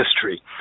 history